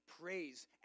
praise